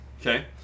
Okay